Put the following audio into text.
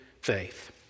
faith